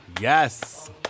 yes